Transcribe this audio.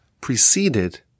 preceded